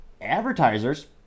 Advertisers